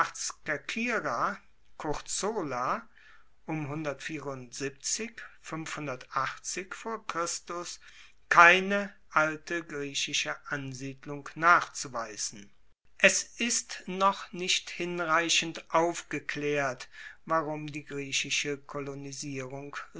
keine alte griechische ansiedlung nachzuweisen es ist noch nicht hinreichend aufgeklaert warum die griechische kolonisierung